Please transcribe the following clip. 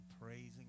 praising